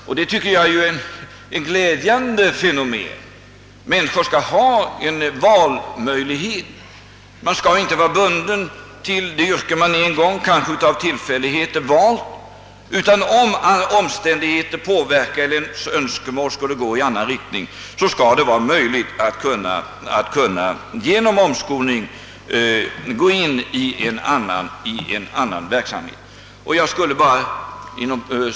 Och det tycker jag är ett glädjande fenomen. Människor skall ha valmöjligheter. Man skall inte vara bunden vid ett yrke, som man kanske av en ren tillfällighet en gång i tiden valde. Om förhållandena ändras eller önskemålen går i annan riktning, skall det vara möjligt att genom omskolning komma in i en annan verksamhet.